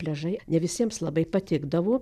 pliažai ne visiems labai patikdavo